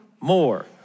more